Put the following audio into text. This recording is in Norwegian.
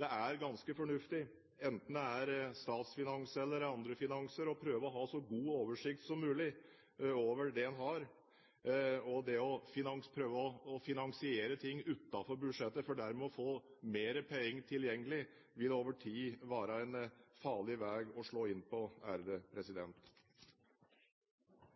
det er ganske fornuftig, enten det er statsfinanser eller andre finanser, å prøve å ha så god oversikt som mulig over det en har. Det å prøve å finansiere ting utenfor budsjettet, for dermed å få mer penger tilgjengelig, vil over tid være en farlig vei å slå inn på.